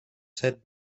set